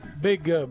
big